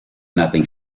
nothing